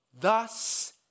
Thus